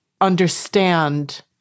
understand